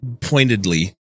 pointedly